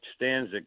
Stanzik